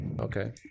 Okay